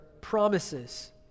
promises